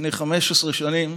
לפני 15 שנים,